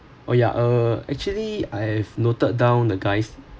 oh ya uh actually I have noted down the guy's